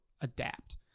adapt